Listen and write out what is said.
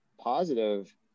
positive